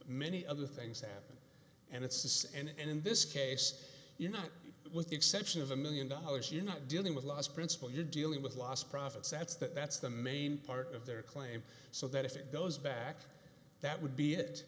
many other things happen and it's this and in this case you're not with the exception of a million dollars you're not dealing with loss principle you're dealing with lost profits that's the that's the main part of their claim so that if it goes back that would be it